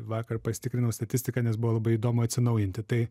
vakar pasitikrinau statistiką nes buvo labai įdomu atsinaujinti tai